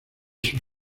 sus